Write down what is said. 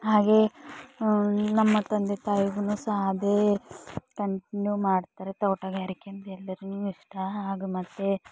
ಹಾಗೆ ನಮ್ಮ ತಂದೆ ತಾಯಿಗೂ ಸಹ ಅದೇ ಕಂಟಿನ್ಯೂ ಮಾಡ್ತಾರೆ ತೋಟಗಾರಿಕೆ ಅಂದರೆ ಎಲ್ಲಾರಿಗೂ ಇಷ್ಟ ಹಾಗೂ ಮತ್ತು